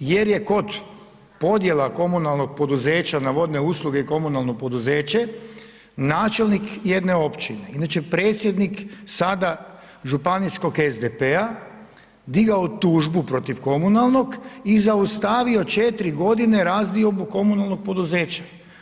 jer je kod podjela komunalnog poduzeća na vodne usluge i komunalno poduzeće načelnik jedne općine inače predsjednik sada županijskog SDP-a digao tužbu protiv komunalnog i zaustavio 4 godine razdiobu komunalnog poduzeća.